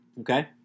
Okay